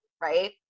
right